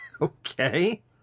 Okay